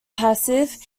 passive